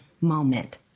moment